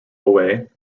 away